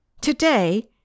Today